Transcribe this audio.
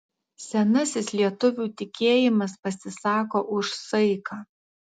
senasis lietuvių tikėjimas pasisako už saiką